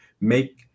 make